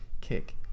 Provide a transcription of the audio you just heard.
kick